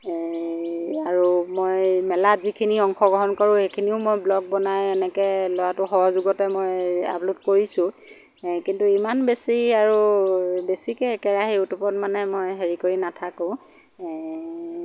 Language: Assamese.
এই আৰু মই মেলাত যিখিনি অংশগ্ৰহণ কৰোঁ সেইখিনিও মই ব্লগ বনাই এনেকৈ ল'ৰাটোৰ সহযোগতে মই আপলোড কৰিছোঁ এ কিন্তু ইমান বেছি আৰু বেছিকৈ একেৰাহে ইউটিউবত মানে মই হেৰি কৰি নাথাকোঁ